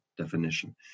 definition